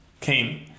came